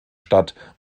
statt